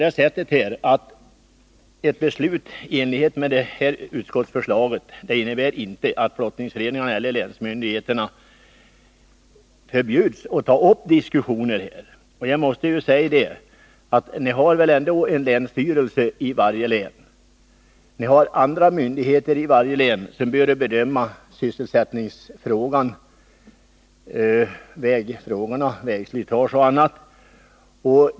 Ett beslut i enlighet med utskottets förslag innebär väl ändå inte att flottningsföreningarna eller länsmyndigheterna förbjuds att ta upp diskussioner. Det finns ju en länsstyrelse i varje län, och det finns andra myndigheter i varje län som bör bedöma sysselsättningsfrågan, vägslitaget m.m.